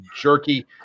jerky